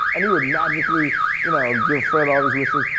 and he would magically you know give fred all these wishes,